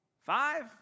five